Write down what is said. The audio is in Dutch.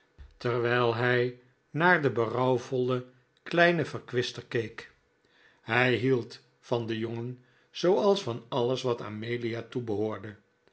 terwijl hij naar den berouwvollen kleinen verkwister keek hij hield van den jongen zooals van alles wat amelia toebehoorde